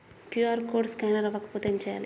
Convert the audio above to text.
QR code scanner అవ్వకపోతే ఏం చేయాలి?